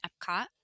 Epcot